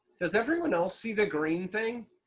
does everyone else see the green thing?